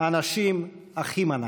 "אנשים אחים אנחנו".